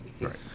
Right